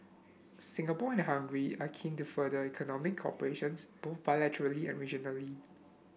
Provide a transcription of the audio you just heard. Singapore and Hungary are keen to further economic cooperation's both bilaterally and regionally